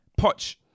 Poch